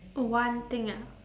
oh one thing ah